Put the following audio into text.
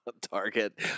target